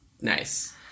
Nice